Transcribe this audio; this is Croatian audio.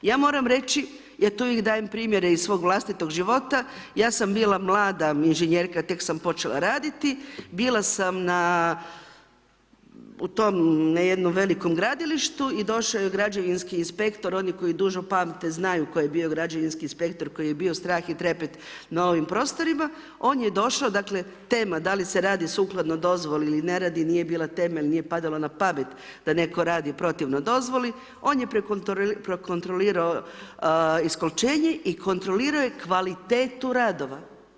Ja moram reći, ja tu uvijek dajem primjere iz svog vlastitog života, ja sam bila mlada inženjerka, tek sam počela raditi, bila sam u tom, na jednom velikom gradilištu i došao je građevinski inspektor, oni koji duže pamet znaju tko je bio građevinski inspektor koji je bio strah i trepet na ovim prostorima, on je došao, dakle tema da li se radi sukladno dozvoli ili ne radi, nije bila temelj, nije padalo na pamet da netko radi protivno dozvoli, on je prekontrolirao ... i kontrolirao je kvalitetu radova.